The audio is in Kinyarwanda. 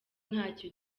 ntacyo